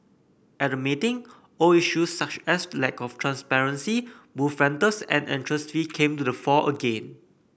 at the meeting old issues such as lack of transparency booth rentals and entrance fees came to the fore again